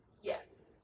yes